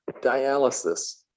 dialysis